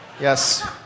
Yes